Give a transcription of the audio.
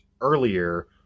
earlier